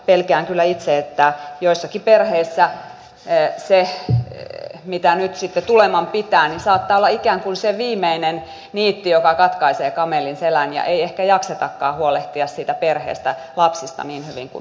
pelkään kyllä itse että joissakin perheissä se mitä nyt sitten tuleman pitää saattaa olla ikään kuin se viimeinen niitti joka katkaisee kamelin selän ja ei ehkä jaksetakaan huolehtia siitä perheestä lapsista niin hyvin kuin tulisi